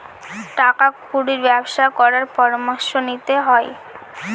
টাকা কুড়ির ব্যবসা করার পরামর্শ নিতে হয়